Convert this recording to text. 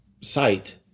site